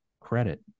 credit